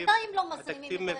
שנתיים לא מזרימים את התקציב.